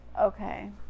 okay